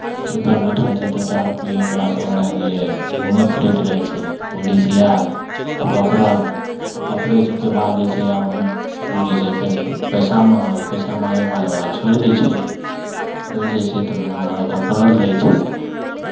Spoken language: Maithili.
सूतल बैठल छै तऽ दारू पियैवला सभ ओन्नऽ जे घूमै फिरैत रहै छै पुलिस आयल आ पकड़ल आ पकड़ै छिकै तकर बाद जे छै आब ओ जे छै फेर प पैसा मङ्गलक पैसा माङ्गयके बाद ओकरा छोड़ि दै छै छोड़ि दै छै तऽ मनोबल ओकर बढ़ल रहै छै